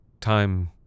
Time